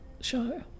show